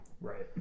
Right